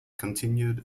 continued